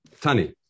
Tani